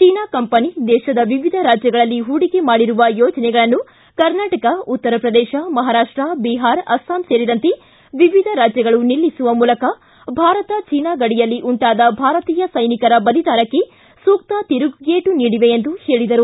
China company ದೇಶದ ವಿವಿಧ ರಾಜ್ಯಗಳಲ್ಲಿ ಹೂಡಿಕೆ ಮಾಡಿರುವ ಯೋಜನೆಗಳನ್ನು ಕರ್ನಾಟಕ ಉತ್ತರಪ್ರದೇತ ಮಹಾರಾಪ್ಷ ಬಿಹಾರ ಆಸ್ಲಾಂ ಸೇರಿದಂತೆ ವಿವಿಧ ರಾಜ್ಜಗಳು ನಿಲ್ಲಿಸುವ ಮೂಲಕ ಭಾರತ ಚೀನಾ ಗಡಿಯಲ್ಲಿ ಉಂಟಾದ ಭಾರತೀಯ ಸೈನಿಕರ ಬಲಿದಾನಕ್ಕೆ ಸೂಕ್ತ ತಿರುಗೇಟು ನೀಡಿವೆ ಎಂದು ಹೇಳಿದರು